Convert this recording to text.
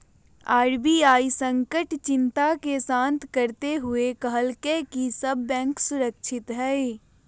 RBI संकट चिंता के शांत करते हुए कहलकय कि सब बैंक सुरक्षित हइ